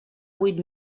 vuit